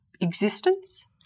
existence